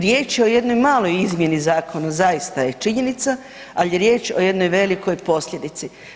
Riječ je o jednoj maloj izmjeni zakona, zaista je činjenica, ali je riječ o jednoj velikoj posljedici.